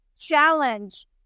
challenge